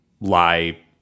lie